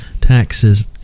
taxes